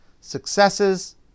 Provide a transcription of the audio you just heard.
successes